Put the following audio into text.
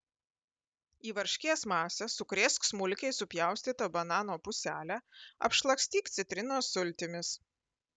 į varškės masę sukrėsk smulkiai supjaustytą banano puselę apšlakstyk citrinos sultimis